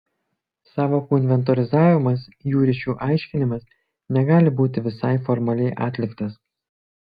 sąvokų inventorizavimas jų ryšių aiškinimas negali būti visai formaliai atliktas